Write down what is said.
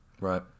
Right